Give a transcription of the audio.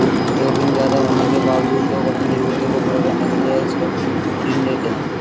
जोखिम ज्यादा होने के बावजूद लोग अपनी जरूरतों को पूरा करने के लिए असुरक्षित ऋण लेते हैं